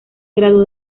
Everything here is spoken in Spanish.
graduó